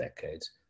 decades